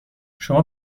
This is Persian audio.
شما